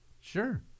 Sure